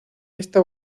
esta